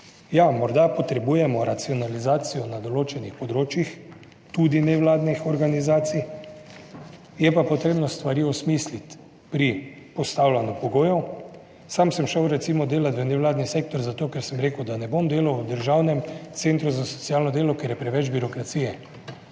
Ja, morda potrebujemo racionalizacijo na določenih področjih tudi nevladnih organizacij, je pa potrebno stvari osmisliti pri postavljanju pogojev. Sam sem šel, recimo delati v nevladni sektor, zato ker sem rekel, da ne bom delal v Državnem centru za socialno delo, ker je preveč birokracije.